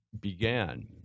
began